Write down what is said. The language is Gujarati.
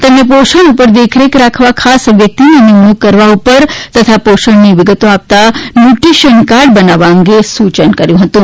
તેમણે પોષણ ઉપર દેખરેખ રાખવા ખાસ વ્યક્તિની નિમણુંક કરવા ઉપર તથા પોષણની વિગતો આપતાં ન્યુટ્રીશીયન કાર્ડ બનાવવાનું સૂચન કર્યું હતું